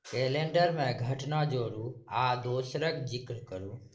कैलेण्डरमे घटना जोड़ू आओर दोसरके जिक्र करू